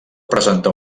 presentar